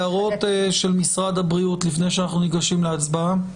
הערות של משרד הבריאות לפני שאנחנו ניגשים להצבעה?